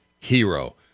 hero